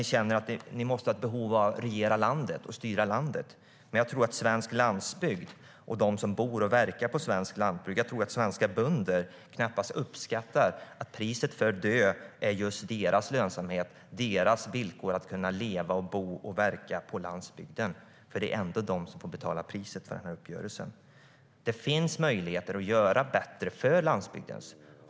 Ni känner ett behov av att regera och styra landet, men jag tror att de som bor och verkar på svensk landsbygd - svenska bönder - knappast uppskattar att priset för DÖ handlar om just deras lönsamhet och deras villkor för att kunna leva, bo och verka på landsbygden. Det är ändå de som får betala priset för den uppgörelsen. Det finns möjligheter att göra det bättre för landsbygden.